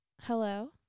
Hello